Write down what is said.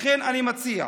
לכן אני מציע: